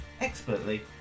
expertly